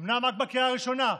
אומנם רק בקריאה הראשונה,